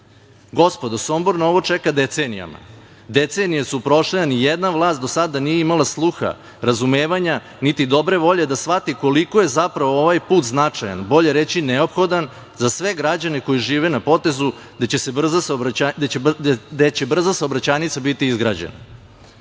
grad. Gospodo, Sombor na ovo čeka decenijama. Decenije su prošle, a nijedna vlast do sada nije imala sluha, razumevanja, niti dobre volje da shvati koliko je zapravo ovaj put značajan, bolje reći neophodan, za sve građane koji žive na potezu gde će brza saobraćajnica biti izgrađena.